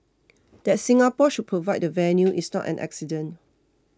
that Singapore should provide the venue is not an accident